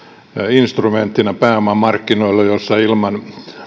instrumenttina pääomamarkkinoilla jossa ilman